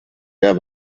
der